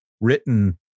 written